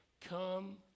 come